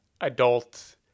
adult